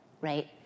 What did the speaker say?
right